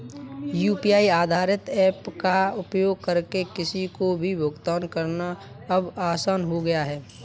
UPI आधारित apps का उपयोग करके किसी को भी भुगतान करना अब आसान हो गया है